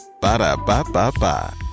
ba-da-ba-ba-ba